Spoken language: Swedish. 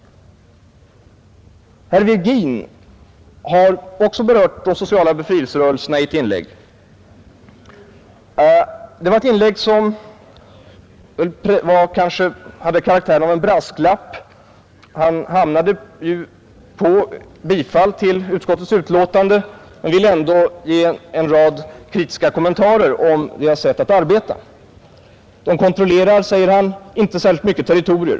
Herr Virgin har också berört de sociala befrielserörelserna i ett inlägg. Det var ett inlägg som kanske hade karaktären av en brasklapp. Han hamnade på bifall till utskottets utlåtande men ville ändå ge en rad kritiska kommentarer om deras sätt att arbeta. De kontrollerar, säger han, inte särskilt stora territorier.